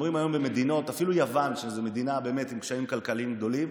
אפילו ביוון, שהיא מדינה עם קשיים כלכליים גדולים,